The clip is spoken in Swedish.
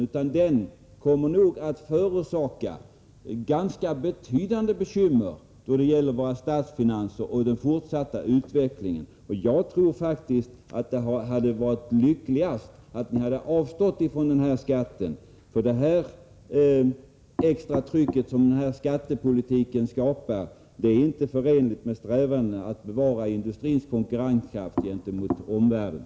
Den här villaskatten kommer nog att förorsaka ganska betydande bekymmer då det gäller våra statsfinanser och den fortsatta utvecklingen. Jag tror faktiskt att det hade varit lyckligast om ni hade avstått från denna skatt. Det extra tryck som den här skattepolitiken skapar är inte förenligt med strävandena att bevara industrins konkurrenskraft gentemot omvärlden.